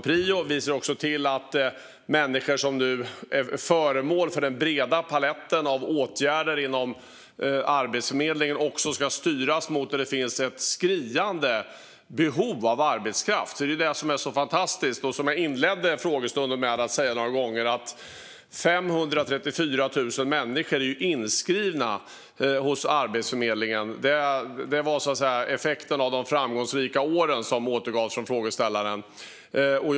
Vi ser också till att människor som är föremål för den breda paletten av åtgärder inom Arbetsförmedlingen ska styras dit där det finns ett skriande behov av arbetskraft. Som jag inledde frågestunden med är 534 000 människor inskrivna på Arbetsförmedlingen - en effekt av de framgångsrika år frågeställaren refererade till.